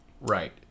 Right